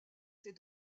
ses